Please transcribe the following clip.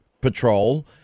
Patrol